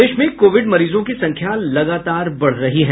प्रदेश में कोविड मरीजों की संख्या लगातार बढ़ रही है